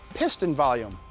piston volume.